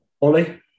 Ollie